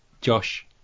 Josh